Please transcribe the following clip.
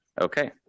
Okay